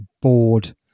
bored